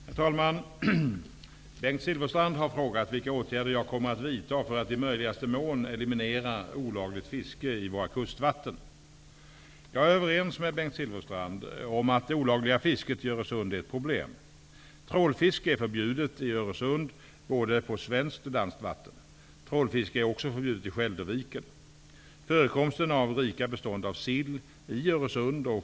Herr talman! Bengt Silfverstrand har frågat vilka åtgärder jag kommer att vidta för att i möjligaste mån eliminera olagligt fiske i våra kustvatten. Jag är överens med Bengt Silfverstrand om att det olagliga fisket i Öresund är ett problem. Trålfiske är förbjudet i Öresund både på svenskt och danskt vatten. Trålfiske är också förbjudet i Skälderviken.